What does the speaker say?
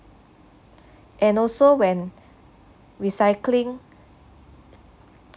and also when recycling